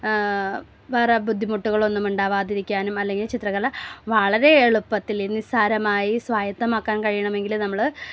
വേറെ ബുദ്ധിമുട്ടുകളൊന്നും ഉണ്ടാവാതിരിക്കാനും അല്ലെങ്കിൽ ചിത്രകല വളരെ എളുപ്പത്തിൽ നിസ്സാരമായി സ്വായത്തമാക്കാൻ കഴിയണമെങ്കിൽ നമ്മൾ